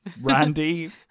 Randy